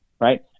right